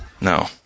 No